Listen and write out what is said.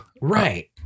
Right